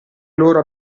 loro